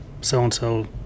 so-and-so